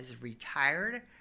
retired